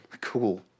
Cool